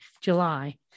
July